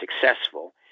successful